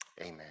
Amen